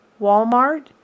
Walmart